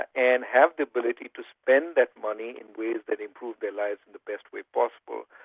and have the ability to spend that money in ways that improve their lives the best way possible.